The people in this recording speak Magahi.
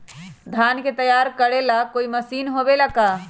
धान के तैयार करेला कोई मशीन होबेला का?